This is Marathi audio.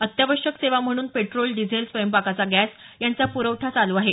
अत्यावश्यक सेवा म्हणून पेट्रोल डिझेल स्वयंपाकाचा गॅस यांचा प्रवठा चालू आहे